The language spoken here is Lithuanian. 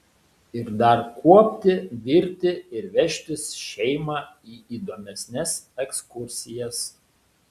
ir dar kuopti virti ir vežtis šeimą į įdomesnes ekskursijas